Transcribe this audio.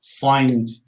find